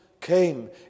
came